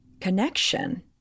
connection